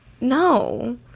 No